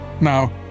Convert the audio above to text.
Now